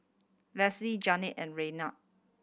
Lessie Janeen and Raynard